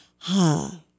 Ha